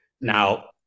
Now